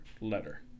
letter